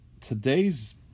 today's